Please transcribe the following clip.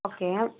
okay